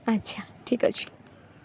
ଆଚ୍ଛା ଠିକ୍ ଅଛି